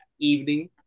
evening